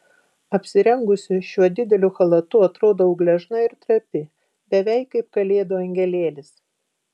apsirengusi šiuo dideliu chalatu atrodau gležna ir trapi beveik kaip kalėdų angelėlis